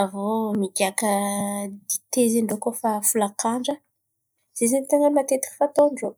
Avô migiaka dite zen̈y ndrô koa fa folakandra zen̈y zen̈y ten̈a matetiky fa atô ndrô.